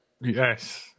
Yes